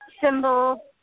symbol